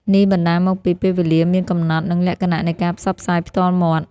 នេះបណ្ដាលមកពីពេលវេលាមានកំណត់ និងលក្ខណៈនៃការផ្សព្វផ្សាយផ្ទាល់មាត់។